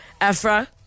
Afra